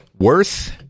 worth